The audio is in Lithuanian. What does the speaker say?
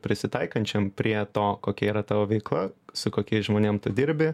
prisitaikančiam prie to kokia yra tavo veikla su kokiais žmonėm dirbi